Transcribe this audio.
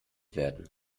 werden